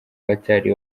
batari